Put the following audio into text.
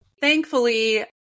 thankfully